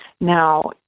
Now